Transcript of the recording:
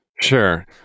Sure